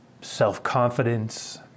self-confidence